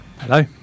Hello